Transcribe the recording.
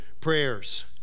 prayers